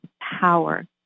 power